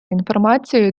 інформацією